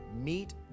Meet